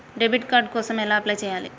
Debit card కోసం ఎలా apply చేయాలి?